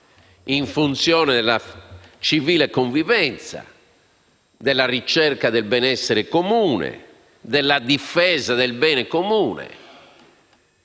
in funzione della civile convivenza, della ricerca del benessere comune e della difesa del bene comune,